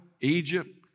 egypt